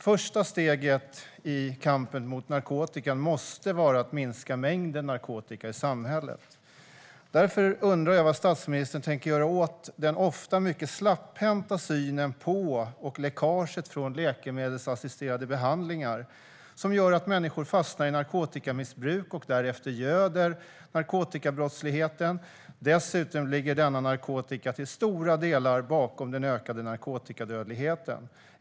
Första steget i kampen mot narkotika måste vara att minska mängden narkotika i samhället. Därför undrar jag vad statsministern tänker göra åt den ofta mycket släpphänta synen på och läckaget från läkemedelsassisterade behandlingar som gör att människor fastnar i narkotikamissbruk och därefter göder narkotikabrottsligheten. Dessutom ligger denna narkotika till stora delar bakom den ökade narkotikadödligheten.